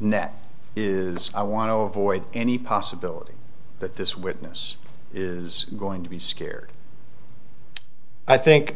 net is i want to avoid any possibility that this witness is going to be scared i think